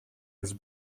his